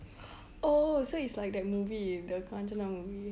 oh so it's like that movie the Kanchana movie